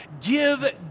Give